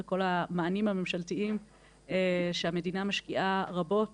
וכל המענים הממשלתיים שהמדינה משקיעה רבות